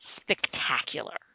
spectacular